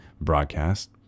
broadcast